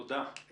תודה.